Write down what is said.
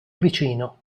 vicino